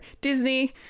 Disney